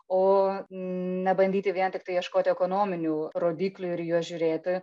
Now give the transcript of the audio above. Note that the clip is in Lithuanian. o ne bandyti vien tiktai ieškoti ekonominių rodiklių ir į juos žiūrėti